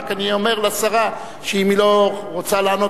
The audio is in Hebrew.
אני רק אומר לשרה שאם היא לא רוצה לענות,